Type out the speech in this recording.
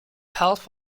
half